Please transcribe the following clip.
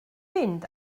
mynd